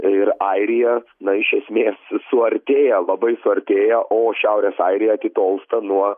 ir airija na iš esmės suartėja labai suartėja o šiaurės airija atitolsta nuo